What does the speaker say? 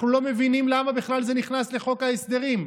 אנחנו לא מבינים למה בכלל זה נכנס לחוק ההסדרים,